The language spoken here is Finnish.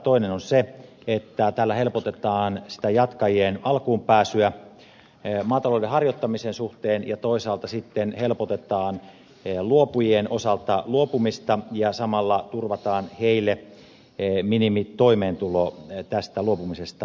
toinen on se että tällä helpotetaan jatkajien alkuun pääsyä maatalouden harjoittamisen suhteen ja toisaalta sitten helpotetaan luopujien osalta luopumista ja samalla turvataan heille minimitoimeentulo tästä luopumisesta johtuen